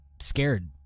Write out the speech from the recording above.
scared